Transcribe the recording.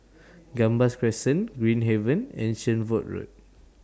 Gambas Crescent Green Haven and Shenvood Road